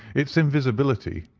its invisibility,